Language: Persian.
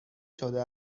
شده